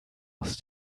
aus